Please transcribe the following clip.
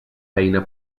feina